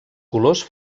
colors